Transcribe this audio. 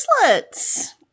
bracelets